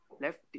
left